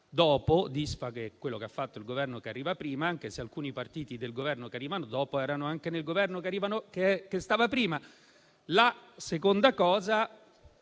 dopo disfa quello che ha fatto il Governo che c'era prima, anche se alcuni partiti del Governo che arriva dopo erano anche nel Governo che c'era prima. La seconda è